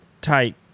tight